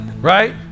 Right